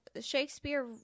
Shakespeare